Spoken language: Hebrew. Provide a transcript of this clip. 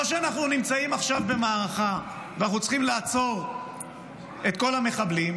או שאנחנו נמצאים עכשיו במערכה ואנחנו צריכים לעצור את כל המחבלים,